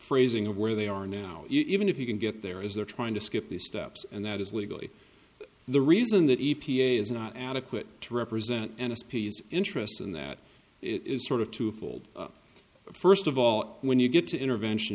phrasing of where they are now even if you can get there is they're trying to skip the steps and that is legally the reason that e t a is not adequate to represent an s p s interest in that it is sort of twofold first of all when you get to intervention